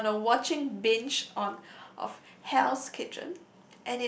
I've been on a watching binge on of Hell's Kitchen